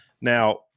Now